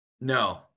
No